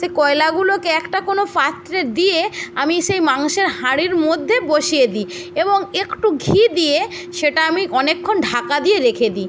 সেই কয়লাগুলোকে একটা কোনো পাত্রে দিয়ে আমি সেই মাংসের হাঁড়ির মধ্যে বসিয়ে দিই এবং একটু ঘি দিয়ে সেটা আমি অনেকক্ষণ ঢাকা দিয়ে রেখে দিই